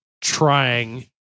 trying